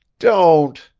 don't!